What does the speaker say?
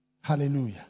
Hallelujah